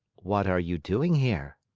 what are you doing here?